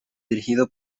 dirigido